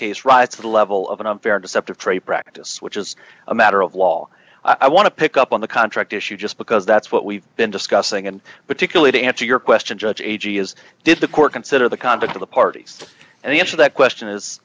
case rise to the level of an unfair deceptive trade practice which is a matter of law i want to pick up on the contract issue just because that's what we've been discussing and but securely to answer your question judge agee is did the court consider the conduct of the parties and the answer that question is